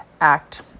act